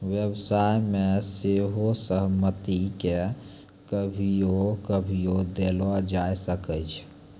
व्यवसाय मे सेहो सहमति के कभियो कभियो देलो जाय सकै छै